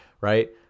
Right